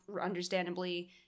understandably